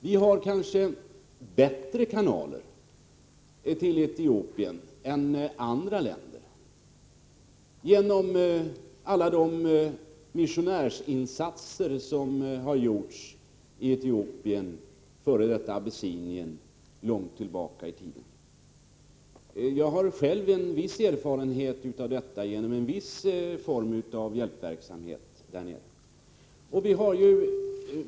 Vi har kanske bättre kanaler till Etiopien än andra länder, genom alla de missionärsinsatser som tidigare har gjorts i Etiopien, f. d. Abessinien, långt tillbaka i tiden. Jag har själv en viss erfarenhet av en form av hjälpverksamhet där nere.